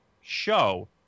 show